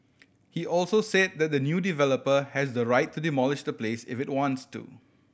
he also said that the new developer has the right to demolish the place if it wants to